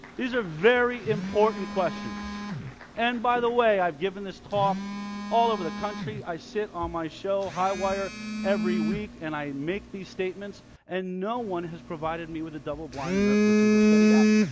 these are very important questions and by the way i've given this talk all over the country i sit on my show high wire every week and i make these statements and no one has provided me with a double-blind inert placebo study yet